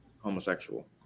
homosexual